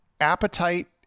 appetite